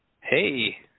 Hey